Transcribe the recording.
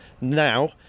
now